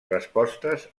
respostes